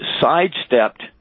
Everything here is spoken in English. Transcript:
sidestepped